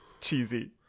cheesy